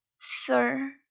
Sir